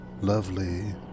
lovely